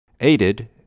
aided